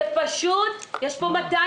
פשוט יש פה 250